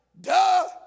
duh